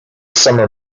summer